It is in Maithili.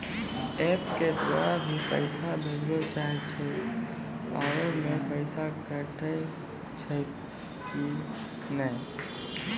एप के द्वारा भी पैसा भेजलो जाय छै आबै मे पैसा कटैय छै कि नैय?